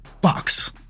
box